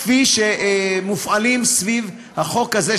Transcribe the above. כפי שמופעלים סביב החוק הזה,